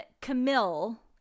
Camille